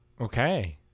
Okay